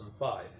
2005